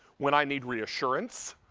when i need reassurance,